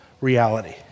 reality